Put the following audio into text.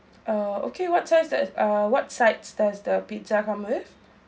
uh okay what sides that uh what sides does the pizza come with